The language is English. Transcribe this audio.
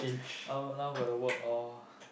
oh now gotta work all